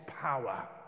power